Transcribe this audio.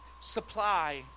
supply